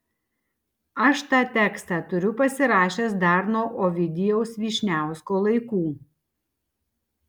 aš tą tekstą turiu pasirašęs dar nuo ovidijaus vyšniausko laikų